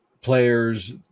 players